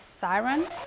siren